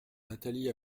nathalie